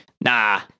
nah